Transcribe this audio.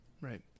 Right